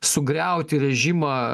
sugriauti režimą